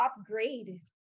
upgrade